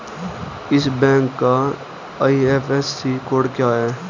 इस बैंक का IFSC code क्या है?